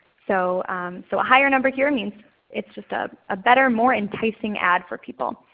so so a higher number here means it's just ah a better more enticing ad for people.